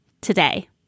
today